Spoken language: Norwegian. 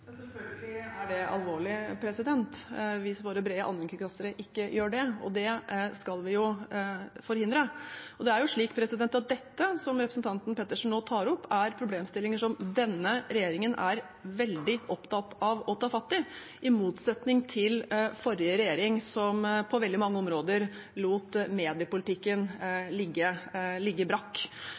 Selvfølgelig er det alvorlig hvis våre brede allmennkringkastere ikke gjør det, og det skal vi jo forhindre. Det representanten Pettersen nå tar opp, er problemstillinger som denne regjeringen er veldig opptatt av å ta tak i – i motsetning til forrige regjering, som på veldig mange områder lot mediepolitikken ligge brakk.